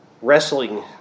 wrestling